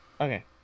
Okay